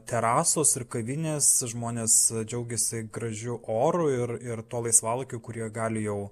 terasos ir kavinės žmonės džiaugėsi gražiu oru ir ir tuo laisvalaikiu kurie gali jau